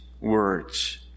words